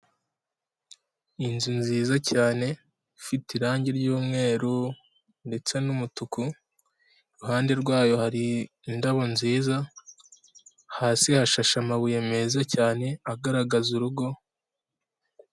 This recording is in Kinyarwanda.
Inzu nziza cyane ifite irangi ry'umweru ndetse n'umutuku iruhande rwayo hari indabo nziza, hasi hashashe amabuye meza cyane agaragaza urugo.